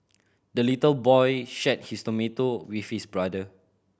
the little boy shared his tomato with his brother